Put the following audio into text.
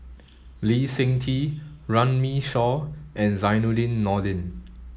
Lee Seng Tee Runme Shaw and Zainudin Nordin